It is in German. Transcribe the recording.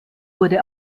wurde